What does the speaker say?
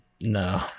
No